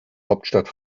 hauptstadt